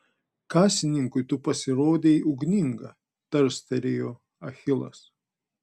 kasininkui tu pasirodei ugninga tarstelėjo achilas